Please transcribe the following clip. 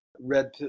red